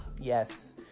yes